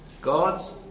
God's